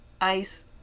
ice